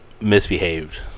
misbehaved